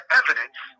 evidence